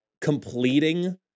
completing